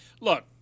look